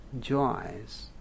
joys